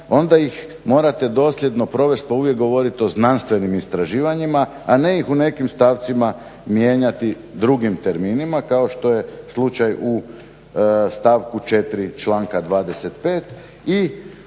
onda ih morate dosljedno provesti pa uvijek govorite o znanstvenim istraživanjima, a ne ih u nekim stavcima mijenjati drugim terminima kao što je slučaj u stavku 4. članka 25. I osobe